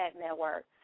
Network